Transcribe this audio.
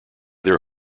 their